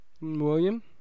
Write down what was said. William